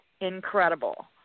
incredible